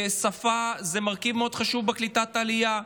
ושפה היא מרכיב מאוד חשוב בקליטת העלייה.